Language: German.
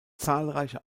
zahlreiche